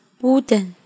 ,wooden